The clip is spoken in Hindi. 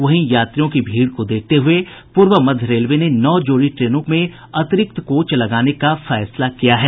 वहीं यात्रियों की भीड़ को देखते हुए पूर्व मध्य रेलवे ने नौ जोड़ी ट्रेनों में अतिरिक्त कोच लगाने का फैसला किया है